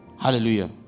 Hallelujah